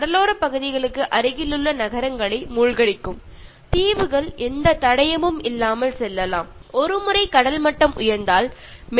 കടലോര പ്രദേശങ്ങളെയും ഐലൻഡ്കളെയും അടുത്തുള്ള സിറ്റികളെയും ഒക്കെ ഇത് വെള്ളത്തിനടിയിലാക്കാനും സാധ്യതയുണ്ട്